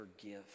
forgive